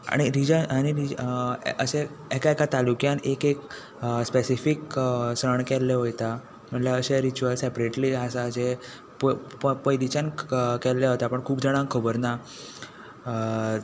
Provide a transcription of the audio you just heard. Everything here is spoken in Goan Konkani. आनी अशे एका एका तालुक्यांत एक एक स्पॅसिफीक सण केल्ले वयता म्हणल्यार अशे रिच्यूल सेपरेटली आसा जे पयलींच्यान केल्ले वता पूण खूब जाणांक खबर ना